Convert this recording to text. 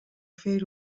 fer